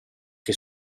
che